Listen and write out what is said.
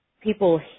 people